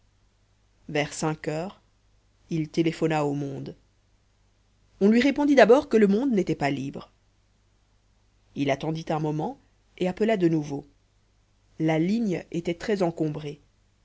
cinq heures il téléphona au monde on lui répondit d'abord que le monde n'était pas libre il attendit un moment et appela de nouveau la ligne était très encombrée